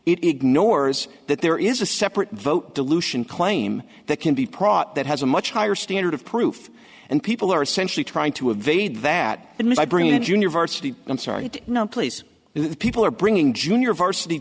ignores that there is a separate vote dilution claim that can be prot that has a much higher standard of proof and people are essentially trying to evade that the miss i bring in junior varsity i'm sorry no please people are bringing junior varsity